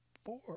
four